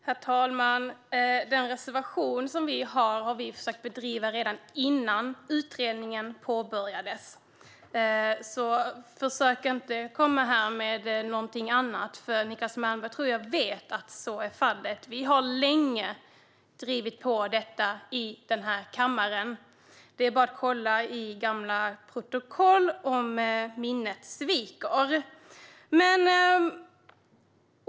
Herr talman! Frågorna som tas upp i vår reservation har vi försökt driva redan innan utredningen påbörjades. Försök inte komma med något annat! Jag tror att Niclas Malmberg vet att så är fallet. Vi har länge drivit på detta i den här kammaren. Det är bara att kolla i gamla protokoll om minnet sviker.